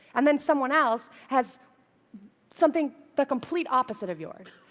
and then someone else has something the complete opposite of yours.